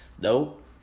Nope